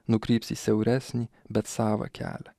nukryps į siauresnį bet savą kelią